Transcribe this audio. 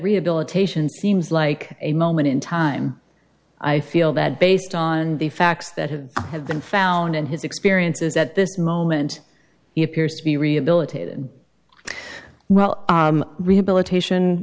rehabilitation seems like a moment in time i feel that based on the facts that had have been found in his experiences at this moment he appears to be rehabilitated well rehabilitation